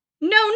no